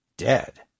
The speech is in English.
Dead